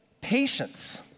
Patience